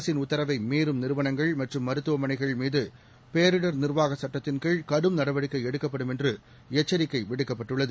அரசின் உத்தரவை மீறும் நிறுவனங்கள் மற்றும் மருத்துவமனைகள் மீது பேரிடர் நிர்வாக சுட்டத்தின கீழ் கடும் நடவடிக்கை எடுக்கப்படும் என்று எச்சரிக்கை விடுக்கப்பட்டுள்ளது